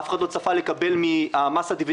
אף אחד לא צפה לקבל מ- -- דיבידנד,